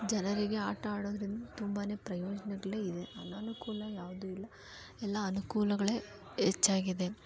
ಜನರಿಗೆ ಆಟ ಆಡೋದ್ರಿಂದ ತುಂಬಾ ಪ್ರಯೋಜನಗಳೇ ಇದೆ ಅನನುಕೂಲ ಯಾವುದೂ ಇಲ್ಲ ಎಲ್ಲ ಅನುಕೂಲಗಳೇ ಹೆಚ್ಚಾಗಿದೆ